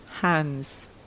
hands